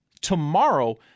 tomorrow